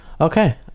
Okay